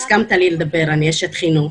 אני אשת חינוך.